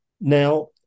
Now